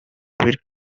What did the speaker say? were